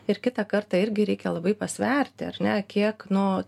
ir kitą kartą irgi reikia labai pasverti ar ne kiek nu